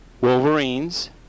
Wolverines